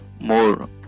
more